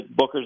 bookers